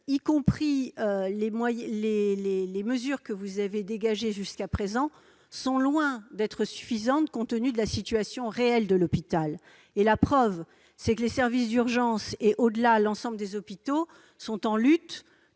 ministre, les mesures que vous avez dégagées jusqu'à présent sont loin d'être suffisantes compte tenu de la situation réelle de l'hôpital. La preuve en est : les services d'urgences et, au-delà, l'ensemble des hôpitaux sont en lutte,